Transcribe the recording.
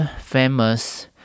famous